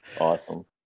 Awesome